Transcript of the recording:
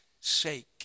sake